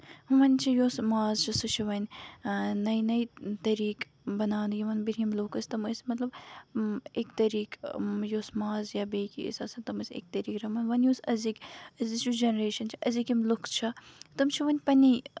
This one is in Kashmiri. وۄنۍ چھُ یُس ماز چھُ سُہ چھُ وۄنۍ نٔے نٔے طریٖقہٕ بَناونہٕ یِوان بیٚیہِ یِم لوٗکھ ٲسۍ تِم ٲسۍ مطلب أکۍ طریٖقہٕ یُس ماز یا بیٚیہِ کیاہ ٲسۍ آسان تِم ٲسۍ أکۍ طریٖقہٕ منٛز وۄنۍ یُس أزِکۍ أزِچ یُس جینریشن چھےٚ أزِکۍ یِم لُکھ چھِ تِم چھِ وۄنۍ پَنٕنی